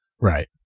Right